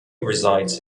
resides